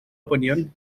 opinion